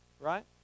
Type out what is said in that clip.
Right